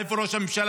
איפה ראש הממשלה?